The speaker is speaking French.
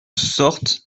sortent